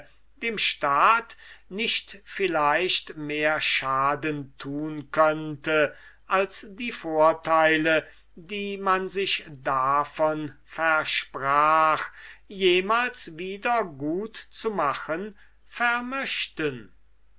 einem staat nicht vielleicht mehr schaden tun könnte als die vorteile die man sich davon verspreche jemals wieder gut zu machen vermöchten